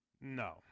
No